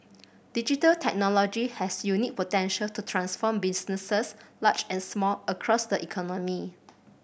digital technology has unique potential to transform businesses large and small across the economy